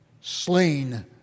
slain